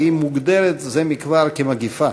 והיא מוגדרת זה מכבר כמגפה.